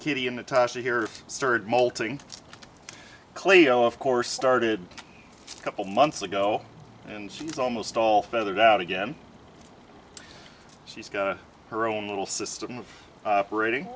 kitty in the tashi here stirred molting cleo of course started a couple months ago and she's almost all feathered out again she's got her own little system of operating